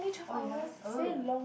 oh you haven't oh